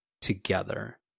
together